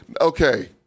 Okay